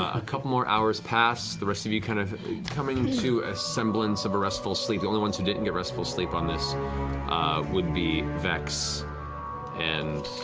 a couple more hours pass, the rest of you kind of coming to a semblance of a restful sleep. the only ones who didn't get a restful sleep on this would be vex and.